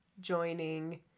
joining